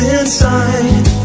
inside